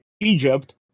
Egypt